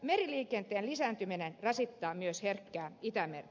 meriliikenteen lisääntyminen rasittaa myös herkkää itämerta